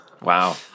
Wow